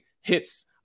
hits